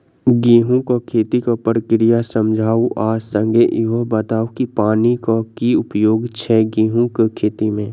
गेंहूँ केँ खेती केँ प्रक्रिया समझाउ आ संगे ईहो बताउ की पानि केँ की उपयोग छै गेंहूँ केँ खेती में?